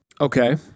Okay